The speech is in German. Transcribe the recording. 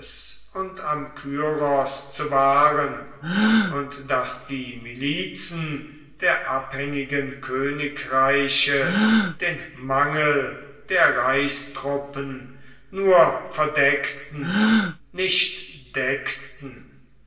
und am kyros zu wahren und daß die milizen der abhängigen königreiche den mangel der reichstruppen nur verdeckten nicht deckten